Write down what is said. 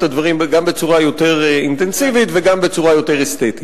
הדברים גם בצורה יותר אינטנסיבית וגם בצורה יותר אסתטית.